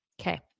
Okay